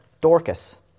Dorcas